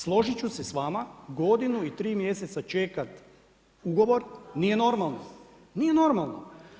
Složiti ću se s vama godinu i tri mjeseca čekati ugovor nije normalno, nije normalno.